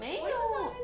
没有